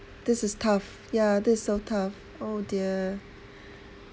this is tough yeah this is so tough oh dear